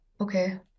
Okay